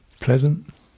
pleasant